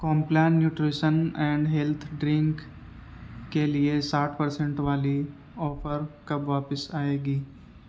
Complan nutrition and health drink کے لیے ساٹھ پرسنٹ والی آفر کب واپس آئے گی